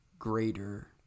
greater